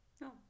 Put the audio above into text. No